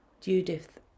Judith